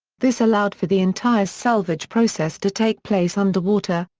this allowed for the entire salvage process to take place underwater,